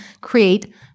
create